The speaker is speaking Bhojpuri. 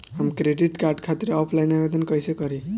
हम क्रेडिट कार्ड खातिर ऑफलाइन आवेदन कइसे करि?